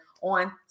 on